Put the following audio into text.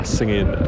singing